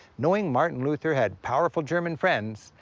knowing martin luther had powerful german friends,